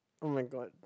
[oh]-my-god